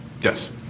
yes